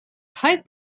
pipe